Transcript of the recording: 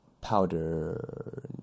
Powder